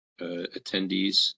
attendees